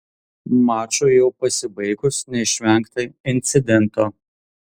mačui jau pasibaigus neišvengta incidento